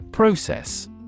Process